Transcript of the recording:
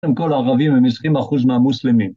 שם כל הערבים הם עשרים אחוז מהמוסלמים